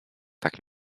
tak